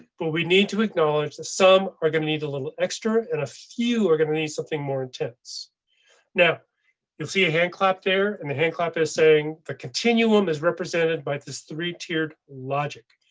but we need to acknowledge that some are going to need a little extra and a few are going to need something more intense now you'll see a hand clap there and the handclap is saying. the continuum is represented by this three tiered logic.